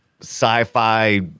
sci-fi